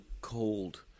cold